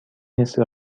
نصف